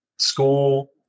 School